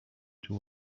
two